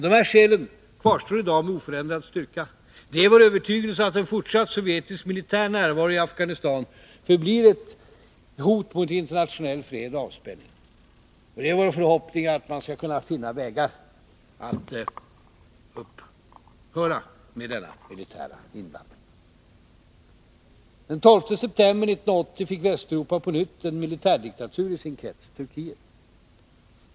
Dessa skäl kvarstår i dag med oförändrad styrka. Det är vår övertygelse att en fortsatt sovjetisk militär närvaro i Afghanistan förblir ett hot mot internationell fred och avspänning. Det är vår förhoppning att man skall kunna finna vägar att upphöra med denna militära inblandning. Den 12 september 1980 fick Västeuropa på nytt en militärdiktatur i sin krets, nämligen Turkiet.